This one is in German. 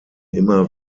immer